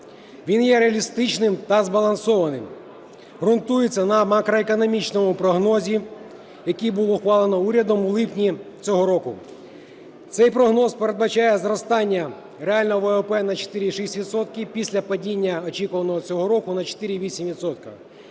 Він є реалістичним та збалансованим. Ґрунтується на макроекономічному прогнозі, який був ухвалений урядом у липні цього року. Цей прогноз передбачає зростання реального ВВП на 4,6 відсотка і після падіння, очікуваного цього року, на 4,8